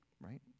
right